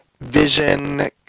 Vision